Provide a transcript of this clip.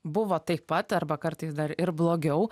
buvo taip pat arba kartais dar ir blogiau